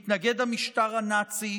מתנגד המשטר הנאצי,